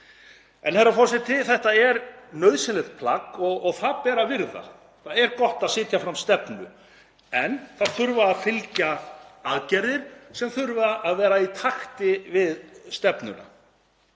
Herra forseti. Þetta er nauðsynlegt plagg og það ber að virða. Það er gott að setja fram stefnu. En það þurfa að fylgja aðgerðir sem þurfa að vera í takt við stefnuna.